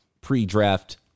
pre-draft